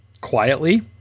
quietly –